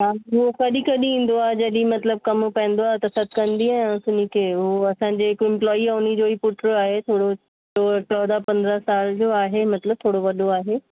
हा ॿियो कॾहिं कॾहिं ईंदो आहे जॾहिं मतिलब कम पईंदो आहे त सॾ कंदी आहियां उन खे हू असांजो हिक इंप्लॉई आहे उन जो ई पुटु आहे हू चौडहं पंद्रहं साल जो आहे मतिलब थोरो वॾो आहे